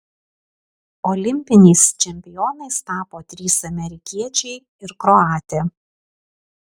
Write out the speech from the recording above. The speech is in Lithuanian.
olimpiniais čempionais tapo trys amerikiečiai ir kroatė